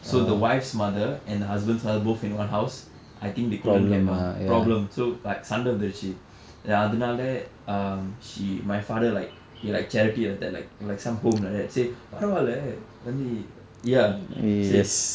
so the wife's mother and the husband's mother both in one house I think they couldn't get a long problem so like சண்டை வந்தது:sandai vanthathu then அதனால:athanala um she my father like he like charity like that like like some home like that he say பரவாயில்லை அண்ணி:paraavayillai anni ya he same